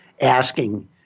asking